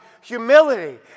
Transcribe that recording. humility